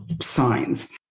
signs